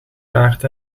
taart